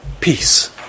peace